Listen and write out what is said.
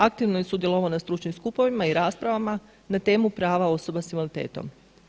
Aktivno je sudjelovao na stručnim skupovima i raspravama na temu prava osoba s invaliditetom.